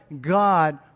God